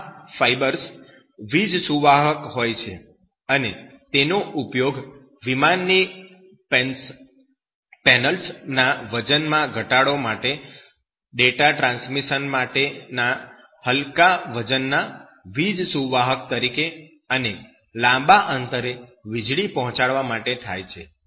આ ફાયબર્સ વીજસુવાહક હોય છે અને તેનો ઉપયોગ વિમાનની પેનલ્સ ના વજનમાં ઘટાડા માટે ડેટા ટ્રાન્સમિશન માટેના હલકા વજનના વીજસુવાહક તરીકે અને લાંબા અંતરે વીજળી પહોંચાડવા માટે થાય છે